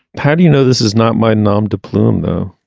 patty you know this is not my nom de plume though